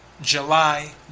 July